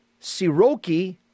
Siroki